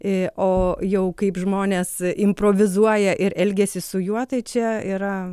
o jau kaip žmonės improvizuoja ir elgiasi su juo tai čia yra